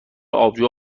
آبجو